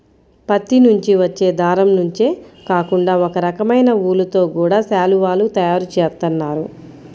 పత్తి నుంచి వచ్చే దారం నుంచే కాకుండా ఒకరకమైన ఊలుతో గూడా శాలువాలు తయారు జేత్తన్నారు